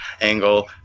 angle